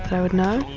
but i would know.